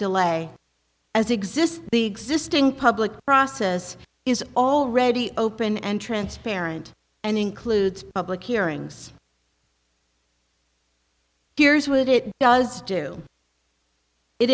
delay as exists the existing public process is already open and transparent and includes public hearings here's what it does do it